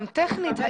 גם טכנית,